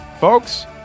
Folks